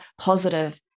positive